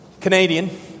Canadian